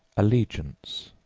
allegiance,